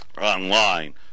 online